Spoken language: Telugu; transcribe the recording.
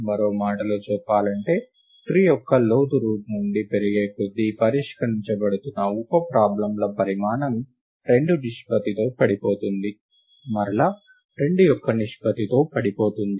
మరో మాటలో చెప్పాలంటే ట్రీ యొక్క లోతు రూట్ నుండి పెరిగేకొద్దీ పరిష్కరించబడుతున్న ఉప ప్రాబ్లంల పరిమాణం 2 నిష్పత్తితో పడిపోతుంది మరల 2 యొక్క నిష్పత్తితో పడిపోతుంది